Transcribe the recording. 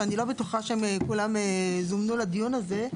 ואני לא בטוחה שהם כולם זומנו לדיון הזה.